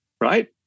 right